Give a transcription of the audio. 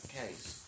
case